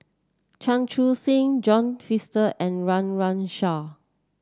Chan Chun Sing John Fraser and Run Run Shaw